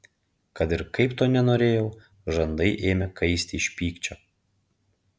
kad ir kaip to nenorėjau žandai ėmė kaisti iš pykčio